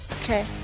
okay